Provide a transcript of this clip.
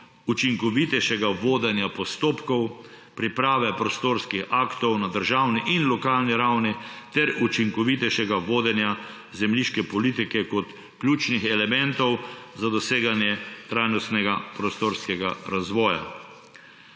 učinkovitejšega vodenja postopkov, priprave prostorskih aktov na državni in lokalni ravni ter učinkovitejšega vodenja zemljiške politike kot ključnih elementov za doseganje trajnostnega prostorskega razvoja.